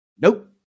Nope